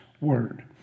word